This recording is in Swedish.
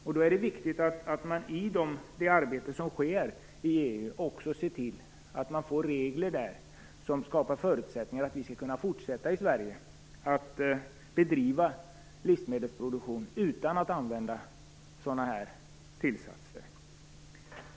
Det är viktigt att man i det arbete som sker inom EU ser till att få regler som skapar förutsättningar för att vi i Sverige skall kunna fortsätta att bedriva livsmedelsproduktion utan att använda sådana här tillsatser.